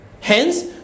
Hence